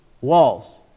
Walls